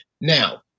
Now